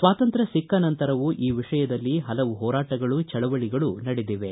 ಸ್ವಾತಂತ್ರ್ಯ ಸಿಕ್ಕ ನಂತರವೂ ಈ ವಿಷಯದಲ್ಲಿ ಹಲವು ಹೋರಾಟಗಳೂ ಚಳವಳಗಳೂ ನಡೆದಿವೆ